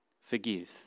Forgive